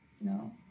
No